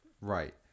Right